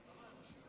חבריי חברי הכנסת,